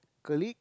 clique